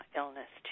illness